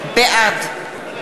נגד מיקי לוי, בעד יריב לוין,